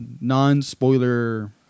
non-spoiler